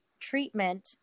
treatment